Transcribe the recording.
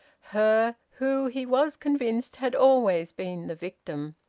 her who, he was convinced, had always been the victim.